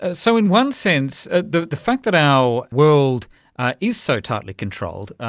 ah so in one sense the the fact that our world is so tightly controlled,